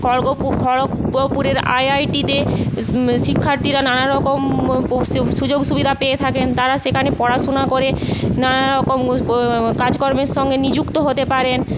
খড়গপুরের আইআইটিতে শিক্ষাত্রীরা নানারকম সুযোগ সুবিধা পেয়ে থাকেন তারা সেখানে পড়াশোনা করে নানারকম কাজকর্মের সঙ্গে নিযুক্ত হতে পারেন